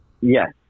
Yes